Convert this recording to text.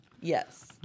yes